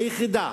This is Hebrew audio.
היחידה,